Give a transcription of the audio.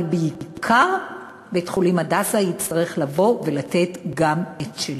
אבל בעיקר בית-חולים "הדסה" יצטרך לבוא ולתת את שלו.